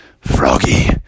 froggy